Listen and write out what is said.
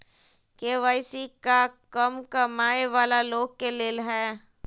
KYC का कम कमाये वाला लोग के लेल है?